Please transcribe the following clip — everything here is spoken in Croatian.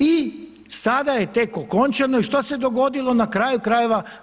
I sada je tek okončano i šta se dogodilo na kraju krajeva?